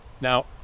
Now